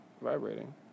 vibrating